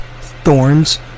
thorns